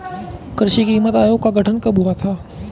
कृषि कीमत आयोग का गठन कब हुआ था?